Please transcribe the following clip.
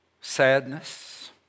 sadness